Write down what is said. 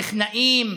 לטכנאים,